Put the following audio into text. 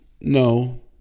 No